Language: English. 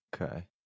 okay